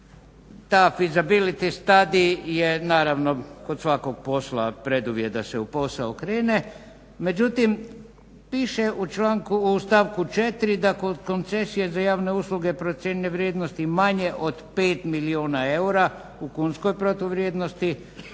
Ta feasibility study je naravno kod svakog posla preduvjet da se u posao krene, međutim piše u stavku 4. da kod koncesije za javne usluge procjenjuje vrijednosti manje od 5 milijuna eura u kunskoj protuvrijednosti.